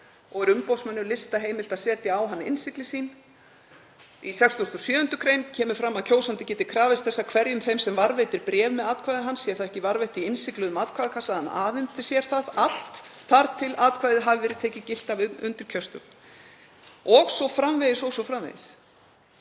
og er umboðsmönnum lista heimilt að setja á hann innsigli sín. Í 67. gr. kemur fram að kjósandi geti krafist þess af hverjum þeim sem varðveitir bréf með atkvæði hans, sé það ekki varðveitt í innsigluðum atkvæðakassa, að hann afhendi sér það allt þar til atkvæðið hafi verið tekið gilt af undirkjörstjórn o.s.frv.